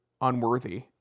unworthy